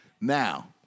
Now